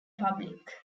public